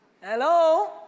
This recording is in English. hello